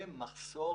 מחסור